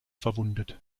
verwundet